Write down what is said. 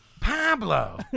Pablo